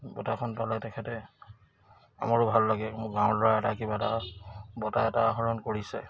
বঁটাখন পালে তেখেতে আমাৰো ভাল লাগে মোৰ গাঁৱৰ ল'ৰা এটা কিবা এটা বঁটা এটা আহৰণ কৰিছে